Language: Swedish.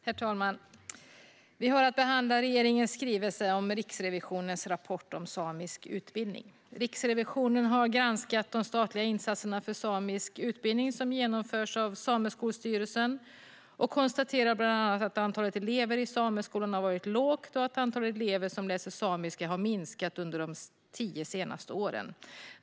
Herr talman! Vi har att behandla regeringens skrivelse om Riksrevisionens rapport om samisk utbildning. Riksrevisionen har granskat de statliga insatser för samisk utbildning som genomförs av Sameskolstyrelsen och konstaterar bland annat att antalet elever i sameskolan har varit lågt och att antalet elever som läser samiska har minskat under de tio senaste åren.